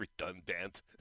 Redundant